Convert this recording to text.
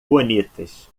bonitas